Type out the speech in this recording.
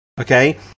Okay